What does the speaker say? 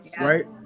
right